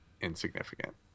insignificant